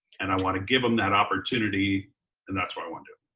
and i wanna give them that opportunity and that's what i wanna do.